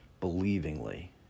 believingly